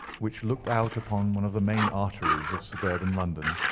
which looked out upon one of the main arteries of suburban london.